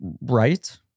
right